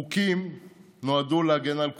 חוקים נועדו להגן על כולנו,